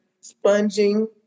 sponging